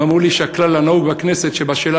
ואמרו לי שהכלל הנהוג בכנסת הוא שבשאלה